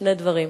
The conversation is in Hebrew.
שני דברים.